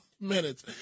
minutes